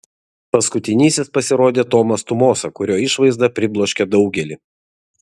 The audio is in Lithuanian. paskutinysis pasirodė tomas tumosa kurio išvaizda pribloškė daugelį